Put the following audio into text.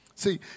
See